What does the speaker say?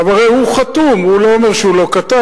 עכשיו, הרי הוא חתום, הוא לא אומר שהוא לא כתב.